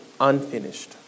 unfinished